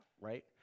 right